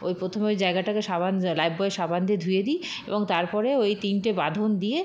ওই প্রথমে ওই জায়গাটাকে সাবান জ লাইফবয় সাবান দিয়ে ধুয়ে দিই এবং তার পরে ওই তিনটে বাঁধন দিয়ে